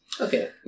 Okay